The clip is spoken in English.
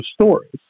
stories